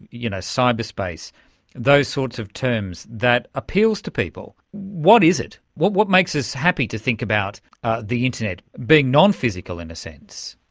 you know cyberspace those sorts of terms, that appeals to people. what is it? what what makes us happy to think about the internet being non-physical, in a sense?